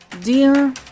Dear